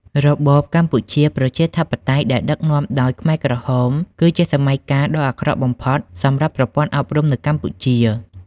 របបកម្ពុជាប្រជាធិបតេយ្យ ដែលដឹកនាំដោយខ្មែរក្រហម គឺជាសម័យកាលដ៏អាក្រក់បំផុតសម្រាប់ប្រព័ន្ធអប់រំនៅកម្ពុជា។